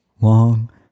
long